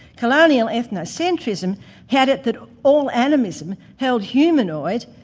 colonial ethno-centrism had it that all animism held humanoid,